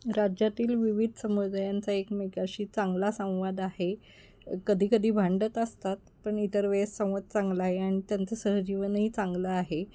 राज्यातील विविध समुदायांचा एकमेकाशी चांगला संवाद आहे कधीकधी भांडत असतात पण इतर वेळेस संवाद चांगला आहे अन त्यांचं सहजीवनही चांगलं आहे